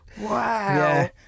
Wow